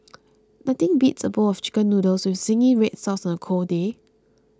nothing beats a bowl of Chicken Noodles with Zingy Red Sauce on a cold day